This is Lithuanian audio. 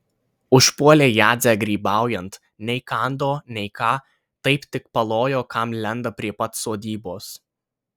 užpuolė jadzę grybaujant nei kando nei ką taip tik palojo kam lenda prie pat sodybos